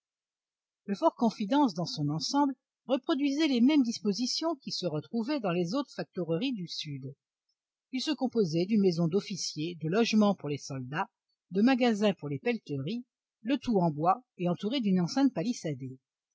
le fort confidence dans son ensemble reproduisait les mêmes dispositions qui se retrouvaient dans les autres factoreries du sud il se composait d'une maison d'officiers de logements pour les soldats de magasins pour les pelleteries le tout en bois et entouré d'une enceinte palissadée